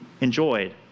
enjoyed